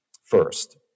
first